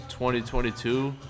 2022